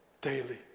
daily